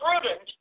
prudent